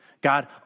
God